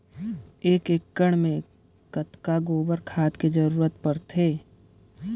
एक एकड़ मे कतका गोबर खाद के जरूरत पड़थे?